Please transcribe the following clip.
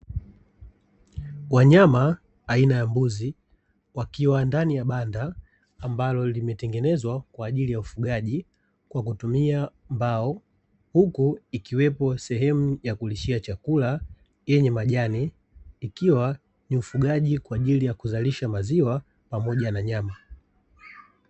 Wanyama aina ya mbuzi wakiwa ndani ya banda, ambalo limetengenezwa kwajili ya ufugaji, kwa kutumia mbao huku ikiwepo sehemu ya kulishia chakula yenye majani ikiwa ni ufugaji kwajili ya kuzalisha maziwa pamoja na nyama.